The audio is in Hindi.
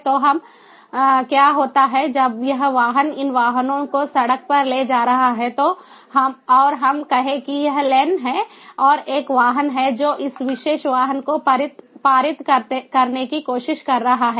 तो क्या होता है जब यह वाहन इन वाहनों को सड़क पर ले जा रहा हो और हम कहें कि यह लेन है और एक वाहन है जो इस विशेष वाहन को पारित करने की कोशिश कर रहा है